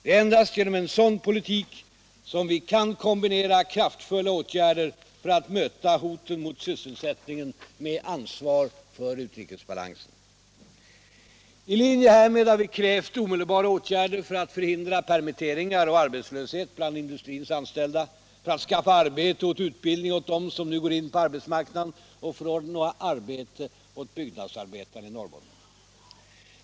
Det är endast genom en sådan politik som vi kan kombinera kraftfulla åtgärder för att möta hoten mot sysselsättningen med ett ansvar för utrikesbalansen. I linje härmed har vi krävt omedelbara åtgärder för att förhindra permitteringar och arbetslöshet bland industrins anställda, för att skaffa arbete och utbildning åt dem som nu går in på arbetsmarknaden och för att ordna arbete åt byggnadsarbetarna i Norrbotten.